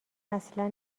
اصلا